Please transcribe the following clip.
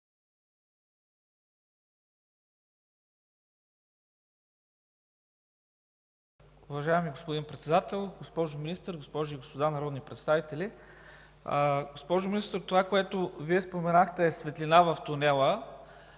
Уважаеми господин Председател, госпожо Министър, госпожи и господа народни представители! Госпожо Министър, това, което споменахте, е светлина в тунела